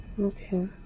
okay